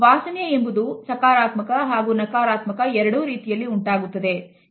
ವಾಸನೆ ಎಂಬುದು ಸಕಾರಾತ್ಮಕ ಹಾಗೂ ನಕಾರಾತ್ಮಕ ಎರಡು ರೀತಿಯಲ್ಲಿ ಉಂಟಾಗುತ್ತದೆ